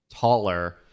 taller